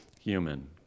human